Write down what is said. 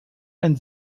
ein